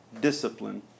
discipline